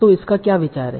तों इसका क्या विचार है